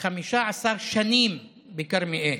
15 שנים בכרמיאל.